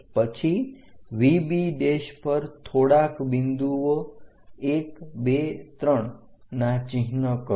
પછી VB પર થોડાક બિંદુઓ 1 2 3 ના ચિહ્ન કરો